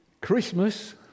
Christmas